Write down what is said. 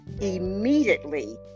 immediately